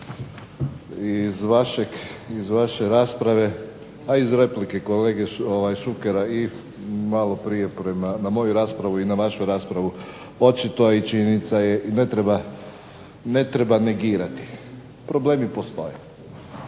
iz vaše rasprave, a iz replike kolege Šukera i malo prije na moju raspravu i na vašu raspravu očito je i činjenica je i ne treba negirati, problemi postoje.